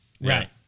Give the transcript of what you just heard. Right